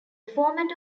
format